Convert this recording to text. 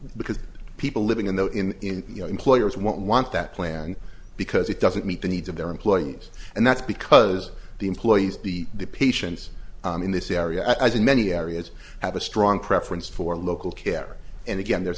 because people living in the in the employers won't want that plan because it doesn't meet the needs of their employees and that's because the employees be the patients in this area as in many areas have a strong preference for local care and again there's